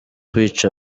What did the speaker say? kwica